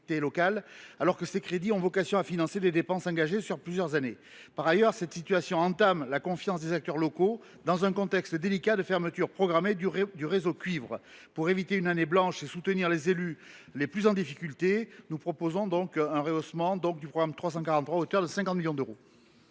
locales, ces crédits ayant vocation à financer des dépenses engagées sur plusieurs années. Par ailleurs, cette situation entame la confiance des acteurs locaux, dans un contexte délicat de fermeture programmée du réseau de cuivre. Pour éviter une année blanche et soutenir les élus les plus en difficulté, nous proposons donc un rehaussement de 50 millions d’euros